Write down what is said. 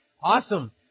Awesome